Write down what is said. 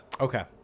Okay